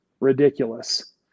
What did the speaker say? Ridiculous